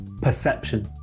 Perception